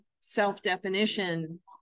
self-definition